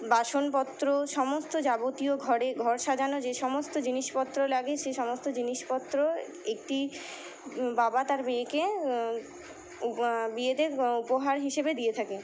বাসনপত্র সমস্ত যাবতীয় ঘরে ঘর সাজানো যে সমস্ত জিনিসপত্র লাগে সে সমস্ত জিনিসপত্র একটি বাবা তার বিয়েকে বিয়েদের উপহার হিসেবে দিয়ে থাকে